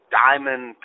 diamond